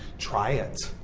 try it.